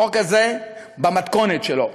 החוק הזה, במתכונת שלו,